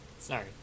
Sorry